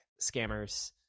scammers